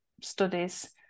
studies